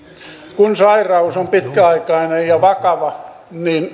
kun sairaus on pitkäaikainen ja vakava